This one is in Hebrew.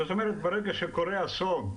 זאת אומרת ברגע שקורה אסון,